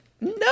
No